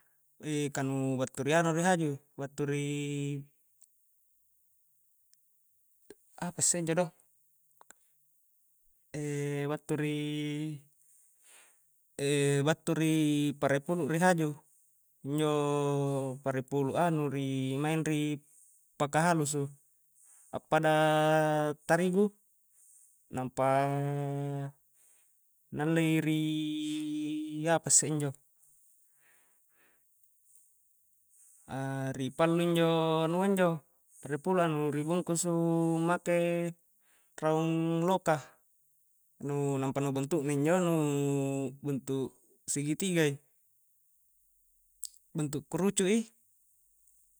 ka nu battu ri anu ri haju-battu ri apa isse injo do battu ri battu ri pare pulu' ri haju injo pare pulu'a nu ri maing ri paka halusu appada tarigu nampa na allei ri apa isse injo ri pallu injo anua injo pare pulu'a nu ri bungkusu make raung loka nu nampa nu na bentu'na injo bentu' segitiga i bentu' kerucu' i.